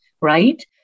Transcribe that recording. right